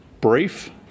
brief